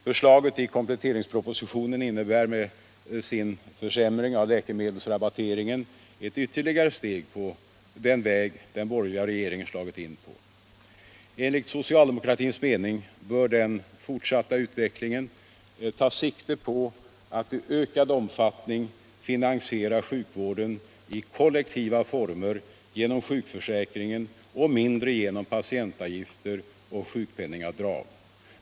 Förslaget i kompletteringspropositionen innebär med sin försämring av läkemedelsrabatteringen ett ytterligare steg på den väg som den borgerliga regeringen slagit in på. Enligt socialdemokratins mening bör den fortsatta utvecklingen ta sikte på att i ökad omfattning finansiera sjukvården i kollektiva former genom sjukförsäkringen och mindre genom patientavgifter och sjukpenningavdrag.